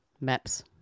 Maps